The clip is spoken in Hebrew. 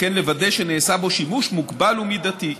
וכן לוודא שנעשה בו שימוש מוגבל ומידתי,